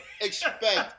expect